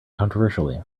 controversially